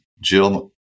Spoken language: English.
Jill